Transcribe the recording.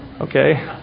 okay